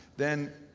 then,